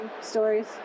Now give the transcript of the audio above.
stories